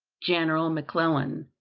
general mcclellan,